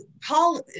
Paul